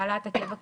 העלאת הקבע,